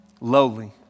Lowly